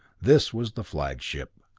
this was the flagship.